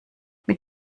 mit